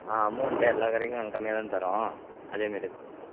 ஆ amount எல்லா கடைக்கும் நாங்கள் கம்மியாக தான் தரோம் அதே மாரியே பண்ணித் தரோம்